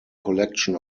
collection